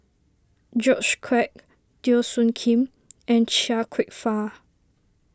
George Quek Teo Soon Kim and Chia Kwek Fah